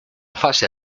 fase